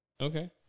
Okay